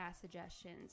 suggestions